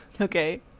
Okay